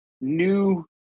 new